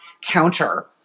counter